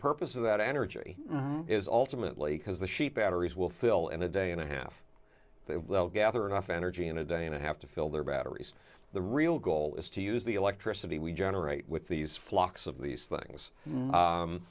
purpose of that energy is alternately because the sheep batteries will fill and a day and a half they will gather enough energy in a day and a half to fill their batteries the real goal is to use the electricity we generate with these flocks of these things